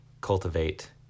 cultivate